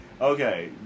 Okay